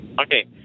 okay